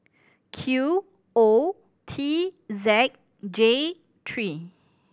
Q O T Z J three